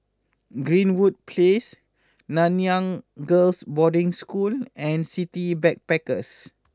Greenwood Place Nanyang Girls' Boarding School and City Backpackers